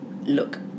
Look